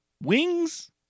Wings